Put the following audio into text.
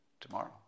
tomorrow